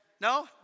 no